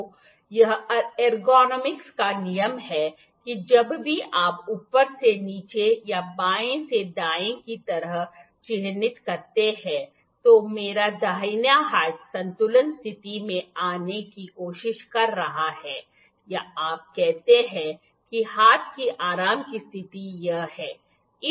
तो यह एर्गोनॉमिक्स का नियम है कि जब भी आप ऊपर से नीचे या बाएं से दाएं की तरह चिह्नित करते हैं तो मेरा दाहिना हाथ संतुलन स्थिति में आने की कोशिश कर रहा है या आप कहते हैं कि हाथ की आराम की स्थिति यह है